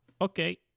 Okay